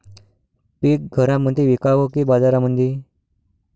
पीक घरामंदी विकावं की बाजारामंदी?